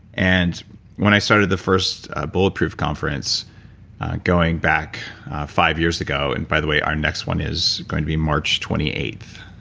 and when i started the first bulletproof conference going back five years ago. and by the way, our next one is going to be march twenty eighth.